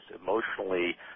emotionally